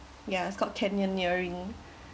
ya it's called canyoneering